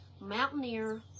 Mountaineer